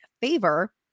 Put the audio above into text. favor